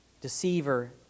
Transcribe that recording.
Deceiver